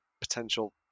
potential